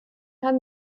haben